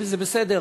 וזה בסדר,